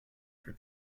for